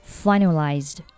finalized